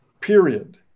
Period